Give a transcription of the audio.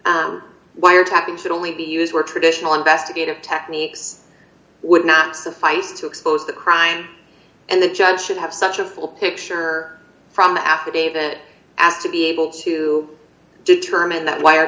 wiretap wiretapping should only be used where traditional investigative techniques would not suffice to expose the crime and the judge should have such a full picture or from the affidavit as to be able to determine that wire